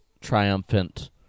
triumphant